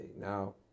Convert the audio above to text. Now